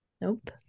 nope